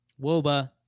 Woba